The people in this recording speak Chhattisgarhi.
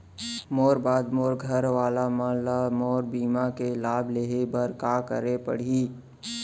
मोर बाद मोर घर वाला मन ला मोर बीमा के लाभ लेहे बर का करे पड़ही?